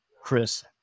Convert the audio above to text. Chris